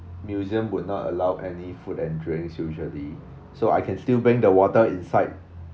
museum would not allow any food and drinks usually so I can still bring the water inside